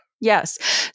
Yes